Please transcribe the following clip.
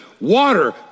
water